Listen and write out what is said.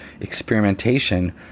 experimentation